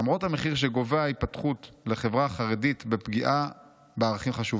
למרות המחיר שגובה ההתפתחות לחברה החרדית בפגיעה בערכים חשובים,